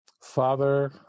Father